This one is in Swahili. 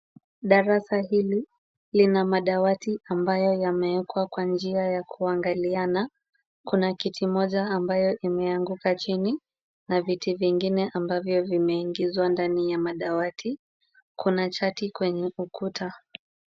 Darasa hili lina madawati ambayo yamewekwa kwa njia ya kuangaliana. Kuna kiti moja ambayo imeanguka chini na viti vingine ambavyo vimeingizwa ndani ya madawati. Kuna chati kwenye ukuta.